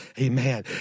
Amen